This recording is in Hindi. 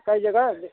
कई जगह